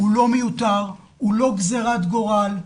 הוא לא גזירת גורל,